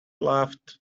laughed